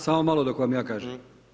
Samo malo dok vam ja kažem.